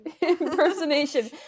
Impersonation